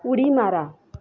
उडी मारा